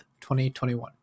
2021